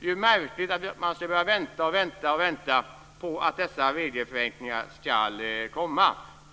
är märkligt att man ska behöva vänta och vänta på att dessa regelförenklingar ska komma.